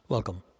Welcome